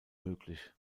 möglich